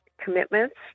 commitments